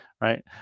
right